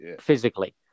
physically